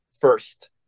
first